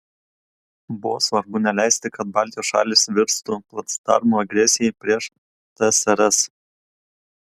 buvo svarbu neleisti kad baltijos šalys virstų placdarmu agresijai prieš tsrs